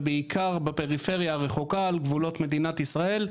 ובעיקר בפריפריה הרחוקה על גבולות מדינת ישראל,